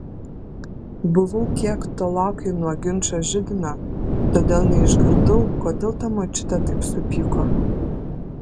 buvau kiek tolokai nuo ginčo židinio todėl neišgirdau kodėl ta močiutė taip supyko